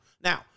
Now